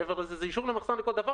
מעבר לזה זה אישור מחסן לכל דבר.